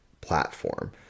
platform